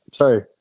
Sorry